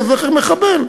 לזכר מחבל.